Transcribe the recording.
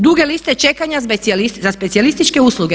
Duge liste čekanja za specijalističke usluge.